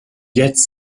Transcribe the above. jetzt